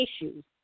issues